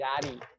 Daddy